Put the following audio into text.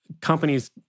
companies